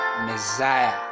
Messiah